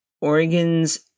organs